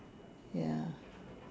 ya